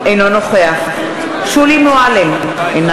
אינו נוכח שולי מועלם-רפאלי,